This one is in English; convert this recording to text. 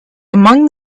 among